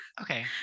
Okay